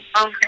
Okay